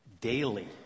daily